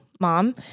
mom